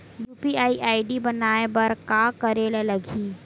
UPI ID बनाये बर का करे ल लगही?